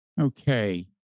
Okay